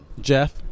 Jeff